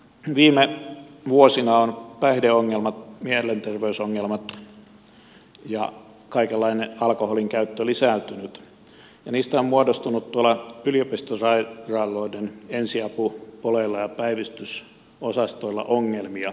viime vuosina ovat päihdeongelmat mielenterveysongelmat ja kaikenlainen alkoholinkäyttö lisääntyneet ja niistä on muodostunut yliopistosairaaloiden ensiapupoleilla ja päivystysosastoilla ongelmia